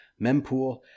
mempool